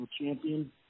champion